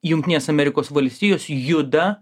jungtinės amerikos valstijos juda